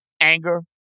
Anger